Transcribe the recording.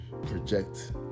project